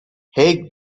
haig